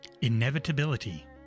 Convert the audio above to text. Inevitability